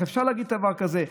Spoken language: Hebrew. איך אפשר להגיד דבר כזה,